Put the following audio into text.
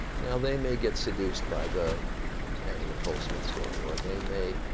now they may get seduced by the anna nicole smith story. or they may